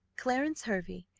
clarence hervey,